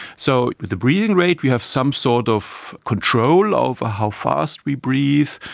so the breathing rate we have some sort of control over how fast we breathe,